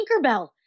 Tinkerbell